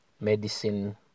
medicine